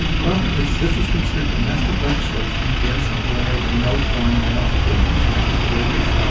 well, because this was considered domestic legislation, pure and simple, and there would be no foreign ramifications. and that was the way it was, um